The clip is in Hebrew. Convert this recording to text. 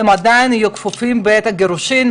הם עדיין יהיו כפופים בעת הגירושין,